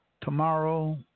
tomorrow